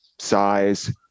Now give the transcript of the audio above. size